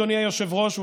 אדוני היושב-ראש,